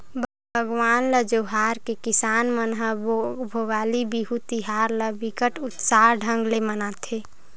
भगवान ल जोहार के किसान मन ह भोगाली बिहू तिहार ल बिकट उत्साह ढंग ले मनाथे